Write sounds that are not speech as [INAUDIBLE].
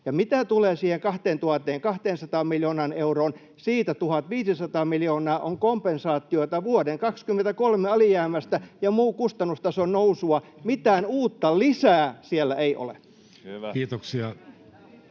Ja mitä tulee siihen 2 200 miljoonaan euroon, siitä 1 500 miljoonaa on kompensaatiota vuoden 23 alijäämästä ja muun kustannustason nousua. [NOISE] Mitään uutta lisää siellä ei ole. [Speech